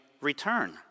return